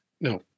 No